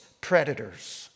predators